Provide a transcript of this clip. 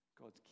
God's